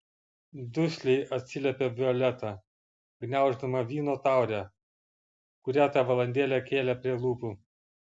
dusliai atsiliepė violeta gniauždama vyno taurę kurią tą valandėlę kėlė prie lūpų